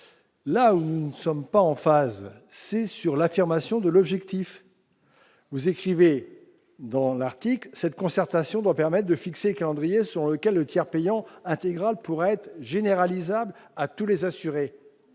Là où nous ne sommes pas en phase, c'est sur la définition de l'objectif. Vous écrivez, à l'article 44 :« Cette concertation doit permettre de fixer le calendrier selon lequel le tiers payant intégral pourra être généralisable à tous les assurés.